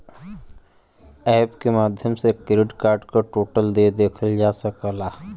app के माध्यम से क्रेडिट कार्ड क टोटल देय देखल जा सकला